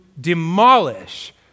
demolish